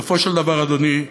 בסופו של דבר, אדוני,